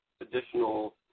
additional